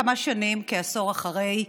כמה שנים, כעשור אחרי,